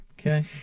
Okay